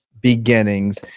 beginnings